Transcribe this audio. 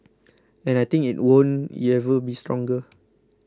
and I think it won't ever be stronger